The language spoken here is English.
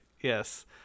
Yes